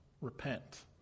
repent